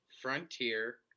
frontier